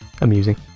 amusing